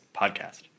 podcast